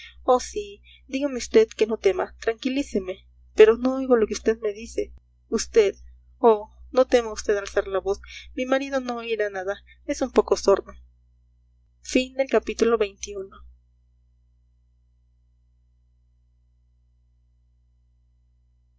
oh sí dígame vd que no tema tranquilíceme pero no oigo lo que usted me dice vd oh no tema usted alzar la voz mi marido no oirá nada es un poco sordo